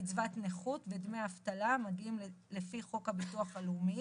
קצבת נכות ודמי אבטלה המגיעים לפי חוק הביטוח הלאומי